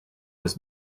was